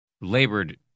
labored